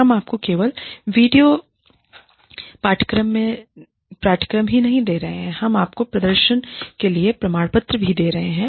हम आपको केवल वीडियो पाठ्यक्रम ही नहीं दे रहे हैं हम आपको प्रदर्शन के लिए प्रमाणपत्र भी दे रहे हैं